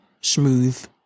smooth